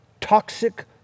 toxic